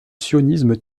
sionisme